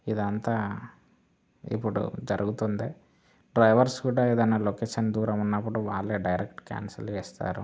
ఇదంతా ఇప్పుడు జరుగుతుందే డ్రైవర్స్ కూడా ఏదైనా లొకేషన్ దూరం ఉన్నప్పుడు వాళ్ళే డైరెక్ట్ క్యాన్సల్ చేస్తారు